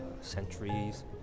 centuries